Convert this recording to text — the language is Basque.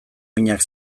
minak